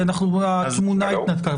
התמונה נעלמה.